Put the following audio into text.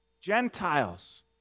Gentiles